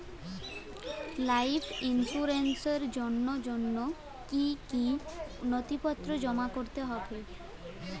Life ইন্সুরেন্সর জন্য জন্য কি কি নথিপত্র জমা করতে হবে?